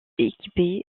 équipée